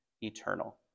eternal